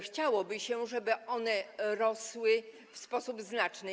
Chciałoby się, żeby one rosły w sposób znaczny.